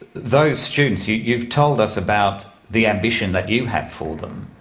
those students, you've you've told us about the ambition that you have for them,